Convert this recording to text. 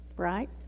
right